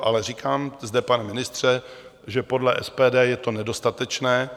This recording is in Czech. Ale říkám zde, pane ministře, že podle SPD je to nedostatečné.